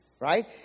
right